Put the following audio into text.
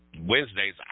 Wednesdays